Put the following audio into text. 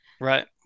right